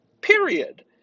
Period